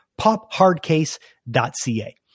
pophardcase.ca